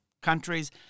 countries